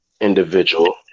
individual